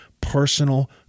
personal